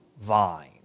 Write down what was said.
vine